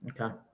okay